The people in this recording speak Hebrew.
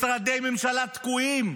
משרדי ממשלה תקועים,